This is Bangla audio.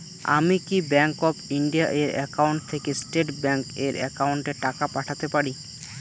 আমি কি ব্যাংক অফ ইন্ডিয়া এর একাউন্ট থেকে স্টেট ব্যাংক এর একাউন্টে টাকা পাঠাতে পারি?